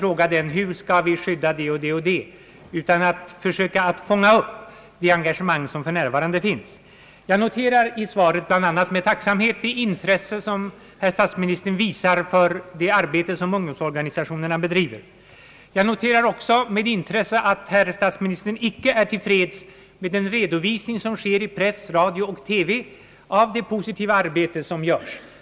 Problemet gäller hur vi skall försöka fånga upp det engagemang som för närvarande finns. Jag noterar i svaret med tacksamhet bl.a. det intresse, som herr statsministern visar för det arbete som ungdomsorganisationerna bedriver. Jag noterar också med intresse att herr statsministern icke är tillfreds med den redovisning som sker i press, radio och TV av det positiva arbete som görs.